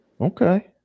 Okay